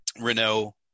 Renault